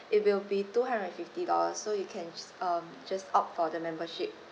it will be two hundred and fifty dollars so you can um just opt for the membership